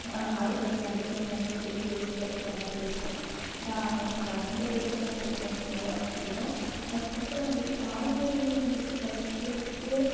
அ அடுத்து என்ன அடுத்து என்ன அப்படின் சொல்லிட்டு யோசிக்க வைக்கிற மாதிரி இருக்கும் நான் எனக்கு அந்த புத்தகம் வந்துட்டு கொஞ்சம் நல்லாவே பிடிக்கும் அதுக்கப்புறம் வந்துட்டு தாய்மொழியில் வந்துட்டு படிக்கிறதுக்கு